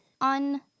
on